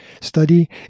Study